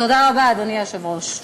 תודה רבה, אדוני היושב-ראש.